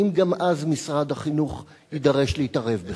האם גם אז משרד החינוך יידרש להתערב בכך?